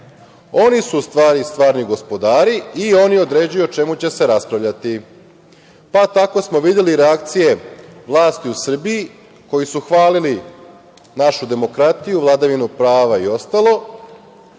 Oni su u stvari stvarni gospodari i oni određuju o čemu će se raspravljati. Tako smo videli reakcije vlasti u Srbiji, koji su hvalili našu demokratiju, vladavinu prava i ostalo,